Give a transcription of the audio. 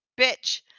bitch